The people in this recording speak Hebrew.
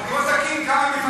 בואו נקים כמה,